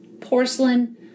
porcelain